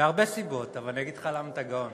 מהרבה סיבות, אבל אני אגיד לך למה אתה גאון.